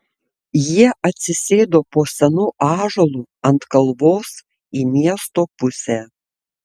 jie atsisėdo po senu ąžuolu ant kalvos į miesto pusę